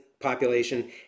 population